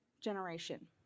generation